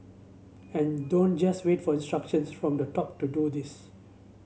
and don't just wait for instructions from the top to do this